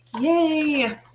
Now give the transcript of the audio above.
yay